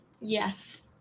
Yes